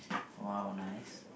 !wow! nice